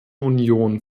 union